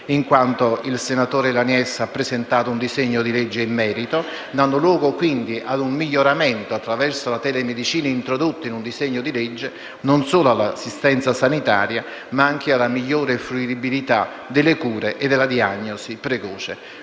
stessa. Il senatore Laniece ha presentato un disegno di legge in merito, dando luogo quindi ad un miglioramento attraverso la telemedicina introdotta in un disegno di legge, non solo all'assistenza sanitaria ma anche alla fruibilità delle cure e alla diagnosi precoce.